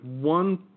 one